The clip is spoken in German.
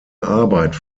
arbeit